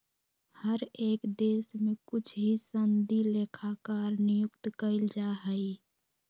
हर एक देश में कुछ ही सनदी लेखाकार नियुक्त कइल जा हई